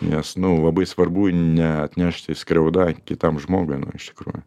nes nu labai svarbu neatnešti skriauda kitam žmogui nu iš tikrųjų